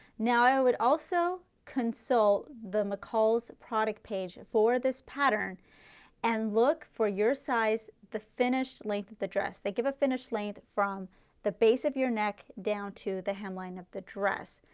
now i would also consult the mccall's product page for this pattern and look for your size, the finished length of the dress. they give a finished length from the base of your neck down to the hemline of the dress.